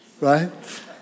right